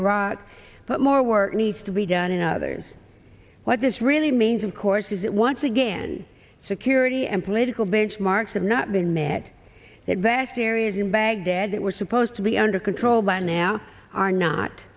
iraq but more work needs to be done in others what this really means of course is that once again security and political benchmarks are not been met that vast areas in baghdad that were supposed to be under control by now are not